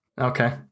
Okay